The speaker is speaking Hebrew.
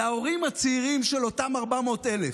ההורים הצעירים של אותם 400,000,